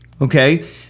okay